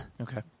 Okay